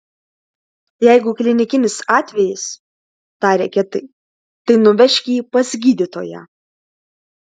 jeigu klinikinis atvejis tarė kietai tai nuvežk jį pas gydytoją